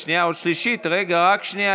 רק שנייה.